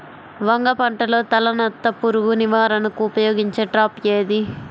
వంగ పంటలో తలనత్త పురుగు నివారణకు ఉపయోగించే ట్రాప్ ఏది?